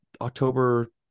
October